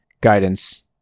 guidance